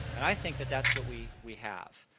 and i think that that's what we we have.